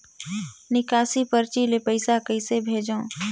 निकासी परची ले पईसा कइसे भेजों?